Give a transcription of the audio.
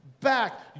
back